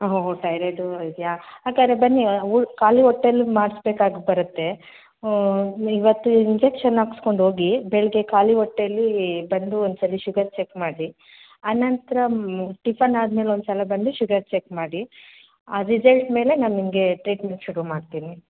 ಓಹೋಹೊ thyroid ಇದೆಯಾ ಹಾಗಾರೆ ಬನ್ನಿ ಖಾಲಿ ಹೊಟ್ಟೇಲ್ ಮಾಡ್ಸ್ಬೇಕಾಗಿ ಬರುತ್ತೆ ನೀ ಇವತ್ತು ಇಂಜೆಕ್ಷನ್ ಹಾಕ್ಸ್ಕೊಂಡೋಗಿ ಬೆಳಗ್ಗೆ ಖಾಲಿ ಹೊಟ್ಟೇಲಿ ಬಂದು ಒಂದು ಸಲ ಶುಗರ್ ಚೆಕ್ ಮಾಡಿ ಅನಂತರ ಟಿಫನ್ ಆದ್ಮೇಲೆ ಒಂದು ಸಲ ಬಂದು ಶುಗರ್ ಚೆಕ್ ಮಾಡಿ ಆ ರಿಸಲ್ಟ್ ಮೇಲೆ ನಾನು ನಿಮಗೆ ಟ್ರೀಟ್ಮೆಂಟ್ ಶುರು ಮಾಡ್ತೀನಿ